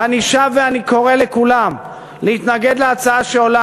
ואני שב וקורא לכולם להתנגד להצעה שעולה